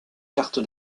carte